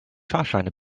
fahrscheine